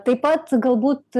taip pat galbūt